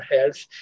health